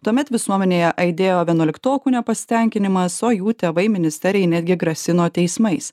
tuomet visuomenėje aidėjo vienuoliktokų nepasitenkinimas o jų tėvai ministerijai netgi grasino teismais